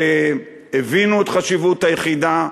שהבינו את חשיבות היחידה.